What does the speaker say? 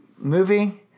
movie